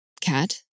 Cat